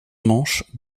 manches